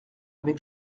avec